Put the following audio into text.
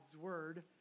word